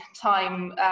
time